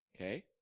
Okay